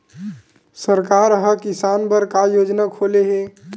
सरकार ह किसान बर का योजना खोले हे?